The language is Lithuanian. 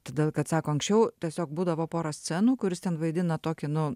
todėl kad sako anksčiau tiesiog būdavo porą scenų kuris ten vaidina tokį nu